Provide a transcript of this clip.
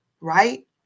right